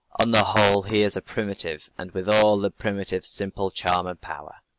on the whole he is a primitive, and with all the primitive's simple charm and power.